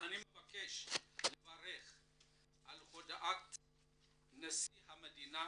אני מבקש לברך על הודעת נשיא המדינה